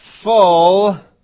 Full